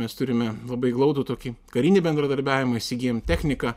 mes turime labai glaudų tokį karinį bendradarbiavimą įsigijom techniką